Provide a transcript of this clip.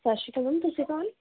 ਸਤਿ ਸ਼੍ਰੀ ਅਕਾਲ ਮੈਮ ਤੁਸੀਂ ਕੋਣ